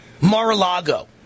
Mar-a-Lago